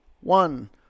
One